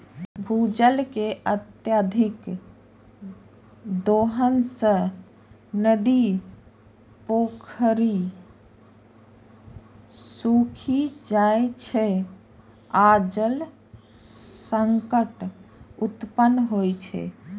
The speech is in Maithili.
भूजल के अत्यधिक दोहन सं नदी, पोखरि सूखि जाइ छै आ जल संकट उत्पन्न होइ छै